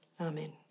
Amen